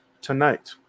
tonight